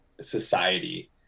society